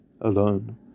alone